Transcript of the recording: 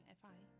fi